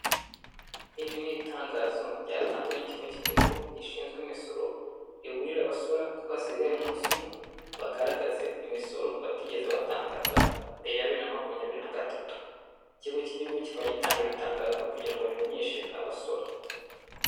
Iri ni itangazo ryatanzwe n'ikigo cy'igihugu gishinzwe imisoro, riburira abasora ko hasigaye umunsi umwe, bagaragaze imisoro batigeze batangaza mbere ya bibiri na makumyabiri na gatatu, ikigo cy'igihugu kikaba gitanga iri tangazo kugira ngo rimenyeshe abasora.